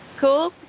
cool